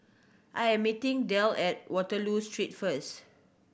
I am meeting Delle at Waterloo Street first